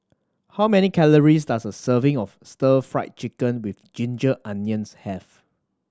how many calories does a serving of Stir Fry Chicken with ginger onions have